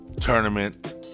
tournament